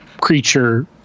creature